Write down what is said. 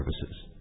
services